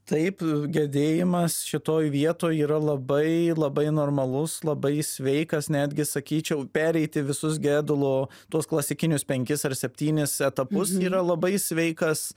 taip gedėjimas šitoj vietoj yra labai labai normalus labai sveikas netgi sakyčiau pereiti visus gedulo tuos klasikinius penkis ar septynis etapus yra labai sveikas